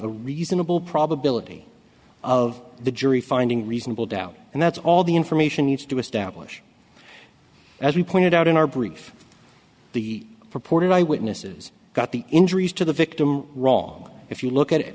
a reasonable probability of the jury finding reasonable doubt and that's all the information needs to establish as we pointed out in our brief the purported eyewitnesses got the injuries to the victim wrong if you look at